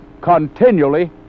continually